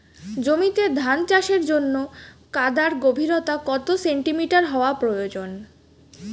জমিতে ধান চাষের জন্য কাদার গভীরতা কত সেন্টিমিটার হওয়া প্রয়োজন?